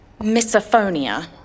misophonia